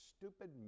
stupid